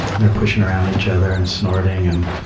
they're pushing around each other, and snorting, and